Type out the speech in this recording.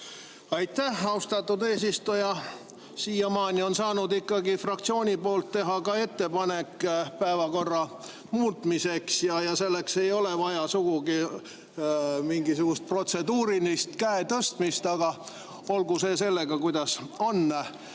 Aitäh, austatud eesistuja! Siiamaani on saanud ikka fraktsiooni nimel teha ka ettepanekut päevakorra muutmiseks ja selleks ei ole vaja sugugi mingisugust protseduurilist käetõstmist. Aga olgu sellega, kuidas on.